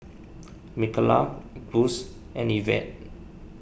Mikala Gus and Ivette